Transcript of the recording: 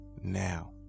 now